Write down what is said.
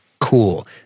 cool